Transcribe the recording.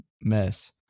mess